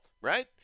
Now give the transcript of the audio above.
Right